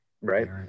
right